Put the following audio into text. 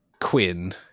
Quinn